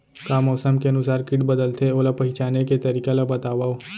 का मौसम के अनुसार किट बदलथे, ओला पहिचाने के तरीका ला बतावव?